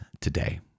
today